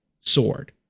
sword